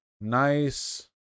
Nice